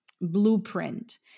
blueprint